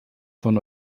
von